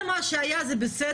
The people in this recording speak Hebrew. כל מה שהיה זה בסדר,